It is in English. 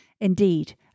Indeed